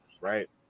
Right